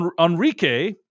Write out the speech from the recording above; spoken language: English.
Enrique